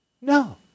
No